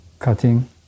cutting